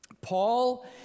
Paul